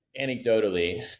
anecdotally